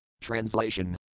Translation